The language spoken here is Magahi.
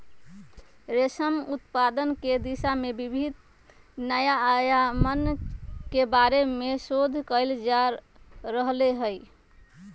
रेशम उत्पादन के दिशा में विविध नया आयामन के बारे में शोध कइल जा रहले है